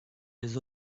les